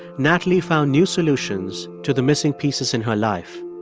natalie found new solutions to the missing pieces in her life.